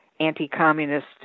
anti-communist